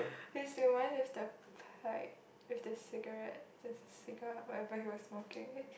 is that why the start pipe with the cigarette is the cigar whatever he was smoking leh